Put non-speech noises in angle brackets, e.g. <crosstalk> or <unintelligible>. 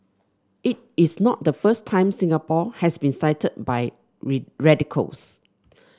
it is not the first time Singapore has been cited by <unintelligible> radicals